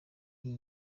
iyi